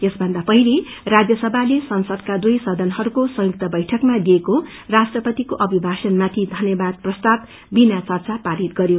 यसभन्दा पहिले राज्यसभाले संसदको दुवै सदनहरूको संयुक्त बैठकमा दिइएको राष्ट्रपतिको अभिभाषणमाथि धन्यवाद प्रसताव बिना चर्चा पारित गरियो